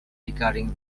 regarding